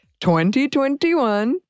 2021